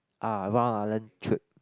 ah a round island trip